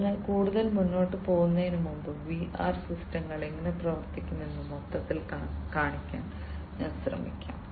അതിനാൽ കൂടുതൽ മുന്നോട്ട് പോകുന്നതിന് മുമ്പ് ഈ വിആർ സിസ്റ്റങ്ങൾ എങ്ങനെ പ്രവർത്തിക്കുമെന്ന് മൊത്തത്തിൽ കാണിക്കാൻ ഞാൻ ശ്രമിക്കാം